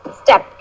step